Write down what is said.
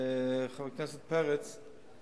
חבר הכנסת פרץ,